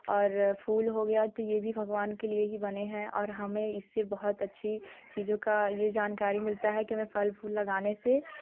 और फूल हो गया तो यह भी भगवान के लिए ही बने है और हमें इससे बहुत अच्छी चीज़ों का यह जानकारी मिलता है की हमें फल फूल लगाने से